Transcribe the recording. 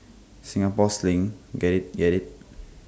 Singapore sling get IT get IT